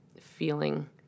feeling